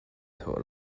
thawh